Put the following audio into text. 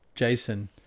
Jason